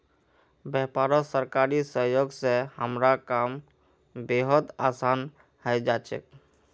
व्यापारत सरकारी सहयोग स हमारा काम बेहद आसान हइ जा छेक